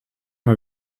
mal